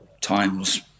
times